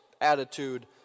attitude